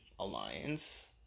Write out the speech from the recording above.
alliance